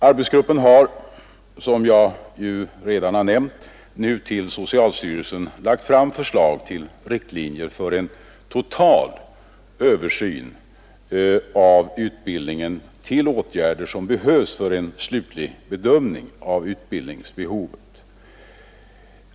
Arbetsgruppen har, som jag redan har nämnt, nu till socialstyrelsen lagt fram förslag till riktlinjer för en total översyn av utbildningen och åtgärder som behövs för en slutlig bedömning av utbildningsbehovet.